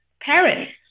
parents